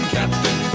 Captain